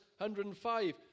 105